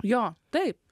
jo taip